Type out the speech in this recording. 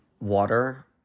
water